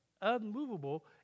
unmovable